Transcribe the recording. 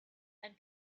and